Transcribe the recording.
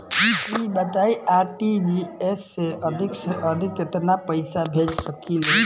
ई बताईं आर.टी.जी.एस से अधिक से अधिक केतना पइसा भेज सकिले?